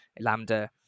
Lambda